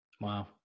Wow